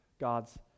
God's